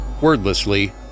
wordlessly